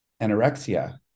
anorexia